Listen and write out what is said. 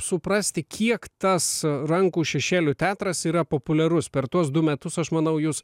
suprasti kiek tas rankų šešėlių teatras yra populiarus per tuos du metus aš manau jūs